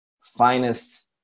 finest